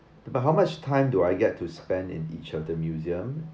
but how much time do I get to spend in each of the museum